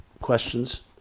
questions